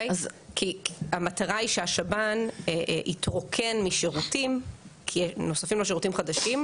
המטרה היא שהשב"ן יתרוקן משירותים כי נוספים לו שירותים חדשים.